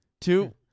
Two